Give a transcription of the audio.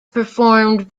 performed